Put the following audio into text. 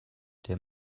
der